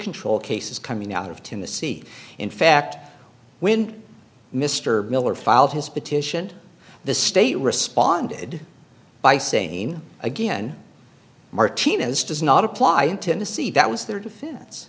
control cases coming out of tim the c in fact when mr miller filed his petition the state responded by saying again martinez does not apply in tennessee that was their defense